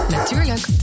Natuurlijk